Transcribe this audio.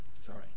sorry